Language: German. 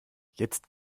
jetzt